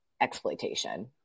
exploitation